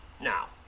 Now